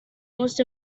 most